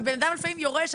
הבן אדם לפעמים יורש,